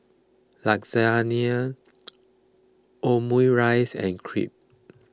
Lasagne Omurice and Crepe